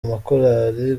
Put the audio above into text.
amakorali